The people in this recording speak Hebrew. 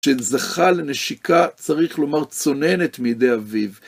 שזכה לנשיקה, צריך לומר, צוננת מידי אביו.